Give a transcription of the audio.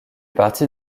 partie